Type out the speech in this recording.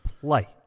play